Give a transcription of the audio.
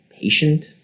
patient